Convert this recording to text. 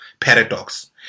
paradox